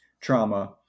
trauma